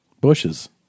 bushes